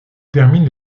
termine